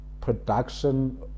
production